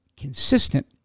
consistent